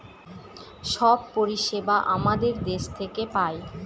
সব পরিষেবা আমাদের দেশ থেকে পায়